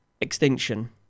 Extinction